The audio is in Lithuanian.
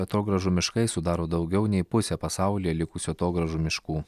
atogrąžų miškai sudaro daugiau nei pusę pasaulyje likusių atogrąžų miškų